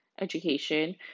education